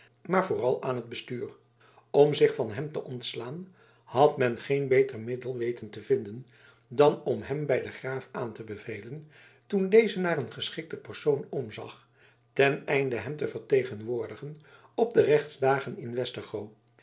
maar vooral aan het bestuur om zich van hem te ontslaan had men geen beter middel weten te vinden dan om hem bij den graaf aan te bevelen toen deze naar een geschikten persoon omzag ten einde hem te vertegenwoordigen op de rechtsdagen in